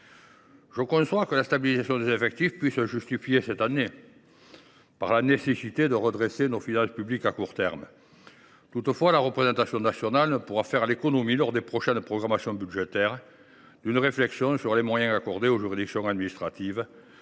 Je conçois que la stabilisation des effectifs puisse se justifier cette année par la nécessité de redresser nos finances publiques à court terme. Toutefois, la représentation nationale ne pourra pas faire l’économie, lors des prochaines programmations budgétaires, d’une réflexion sur les moyens accordés aux juridictions administratives,